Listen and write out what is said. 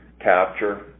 capture